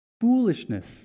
Foolishness